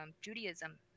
Judaism